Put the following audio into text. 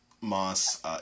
Moss